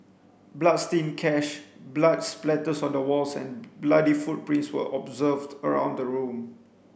bloodstained cash blood splatters on the walls and bloody footprints were observed around the room